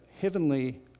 heavenly